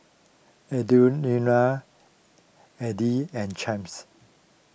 Audriana Eddy and Champ